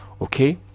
Okay